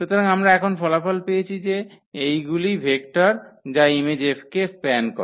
সুতরাং আমরা এখন ফলাফল পেয়েছি যে এইগুলি ভেক্টর যা ইমেজ F কে স্প্যান করে